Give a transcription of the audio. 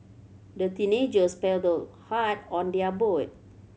the teenagers paddled hard on their boat